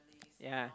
yea